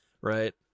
right